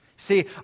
See